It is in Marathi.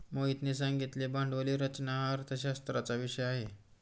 मोहितने सांगितले भांडवली रचना हा अर्थशास्त्राचा विषय आहे